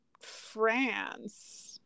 france